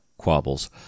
quabbles